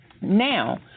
Now